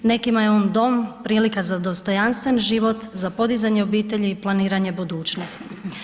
Nekima je on dom, prilika za dostojanstven život, za podizanje obitelji i planiranje budućnosti.